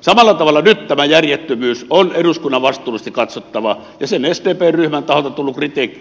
samalla tavalla nyt tämä järjettömyys on eduskunnan vastuullisesti katsottava ja se sdp ryhmän taholta tullut